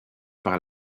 par